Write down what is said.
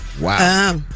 Wow